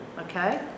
okay